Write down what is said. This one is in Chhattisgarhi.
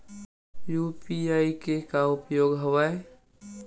यू.पी.आई के का उपयोग हवय?